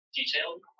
detailed